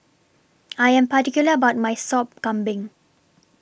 I Am particular about My Sop Kambing